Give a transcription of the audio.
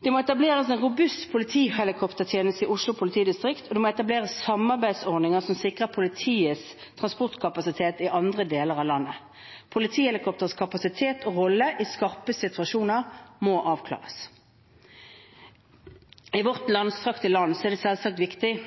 «Det må etableres en robust politihelikoptertjeneste i Oslo politidistrikt, og det må etableres samarbeidsordninger som sikrer politiet transportkapasitet i andre deler av landet. Politihelikopterets kapasitet og rolle i skarpe situasjoner må avklares.» I vårt langstrakte land er det selvsagt viktig